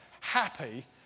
happy